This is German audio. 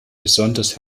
besonders